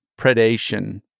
predation